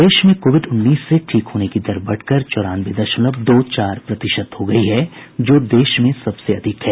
प्रदेश में कोविड उन्नीस से ठीक होने की दर बढ़कर चौरानवे दशमलव दो चार प्रतिशत हो गई है जो देश में सबसे अधिक है